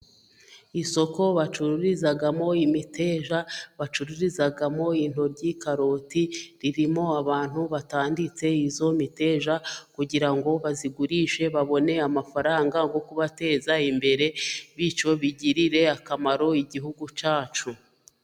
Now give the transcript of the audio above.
Isoko bacururizamo imiteja bacururizamo intoryi ,karoti ririmo abantu batanditse iyo miteja kugira ngo bayigurishe babone amafaranga yo kubateza imbere , bityo bigirire akamaro igihugu cyacu.